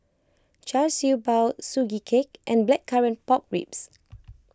Char Siew Bao Sugee Cake and Blackcurrant Pork Ribs